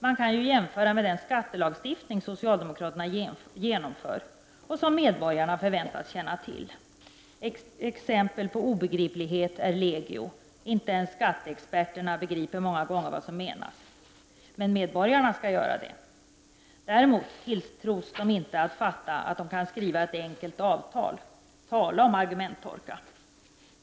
Man kan ju jämföra med den skattelagstiftning som socialdemokraterna genomför och som medborgarna förväntas känna till. Exemplen på obegriplighet är legio — inte ens skatteexperterna begriper många gånger vad som menas. Men medborgarna skall göra det. Däremot tilltros de inte att fatta att de kan skriva ett enkelt avtal. Tala om argumenttorka!